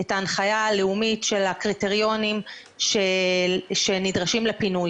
את ההנחיה הלאומית של הקריטריונים שנדרשים לפינוי